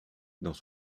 dans